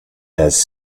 has